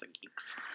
geeks